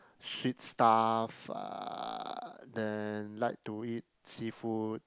sweet stuff uh then like to eat seafood